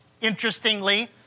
interestingly